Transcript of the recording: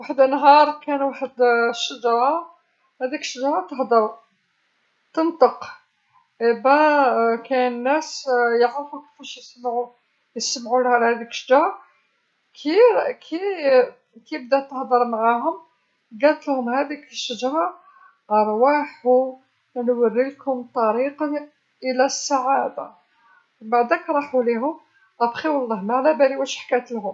وحد النهار كان وحد الشجره، هاديك الشجره تهدر، تنطق، إذن كاين ناس يعرفو كيفاش يسمعو، يسمعولها لهاديك الشجره، كي كي كي بدات تهدر معاهم قالتلهم هاذيك الشجره ارواحو نوريكم الطريق إلى السعاده، بعداك راحو ليهم بعد ذلك والله ماعلابالي واش حكاتلهم.